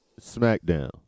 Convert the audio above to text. SmackDown